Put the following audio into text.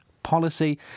Policy